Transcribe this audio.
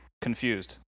confused